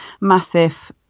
massive